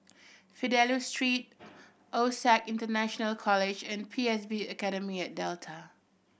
Fidelio Street OSAC International College and P S B Academy at Delta